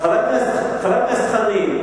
"התרגיל המסריח" המפורסם.